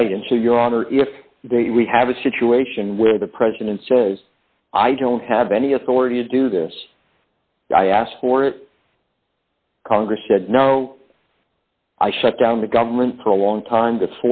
right into your honor if we have a situation where the president says i don't have any authority to do this i asked for it congress said no i set down the government for a long time to